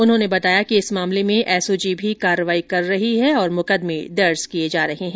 उन्होंने बताया कि इस मामले में एसओजी भी कार्यवाही कर रही है और मुकदमें दर्ज किये जा रहे हैं